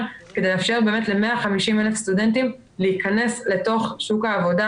כדי לאפשר באמת ל-150,000 סטודנטים להיכנס לתוך שוק העבודה